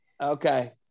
Okay